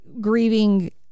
grieving